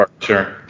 Sure